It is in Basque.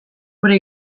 gure